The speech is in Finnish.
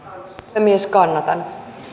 puhemies kannatan